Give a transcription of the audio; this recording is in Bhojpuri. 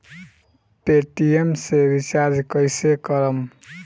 पेटियेम से रिचार्ज कईसे करम?